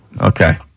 Okay